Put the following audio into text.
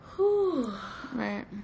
Right